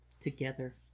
Together